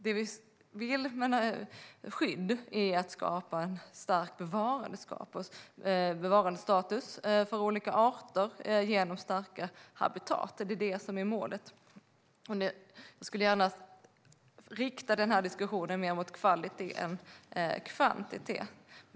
Det vi vill med skydd är att skapa en stark bevarandestatus för olika arter genom starka habitat. Det är det som är målet. Jag skulle gärna rikta den här diskussionen mer mot kvalitet än kvantitet.